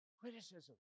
Criticism